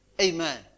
Amen